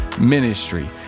ministry